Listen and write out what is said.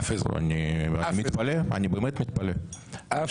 אף אזרח , אף אזרח.